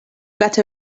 got